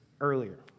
earlier